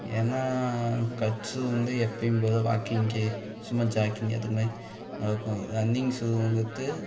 ஏன்னா cut shoe வந்து எப்பயும் போல் வாக்கிங்கு சும்மா ஜாக்கிங் அது மாதிரி நடக்கிறது ரன்னிங் ஷூங்கிறத்து